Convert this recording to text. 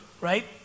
right